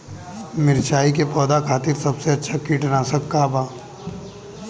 मिरचाई के पौधा खातिर सबसे अच्छा कीटनाशक का बा?